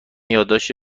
یادداشت